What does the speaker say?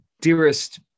dearest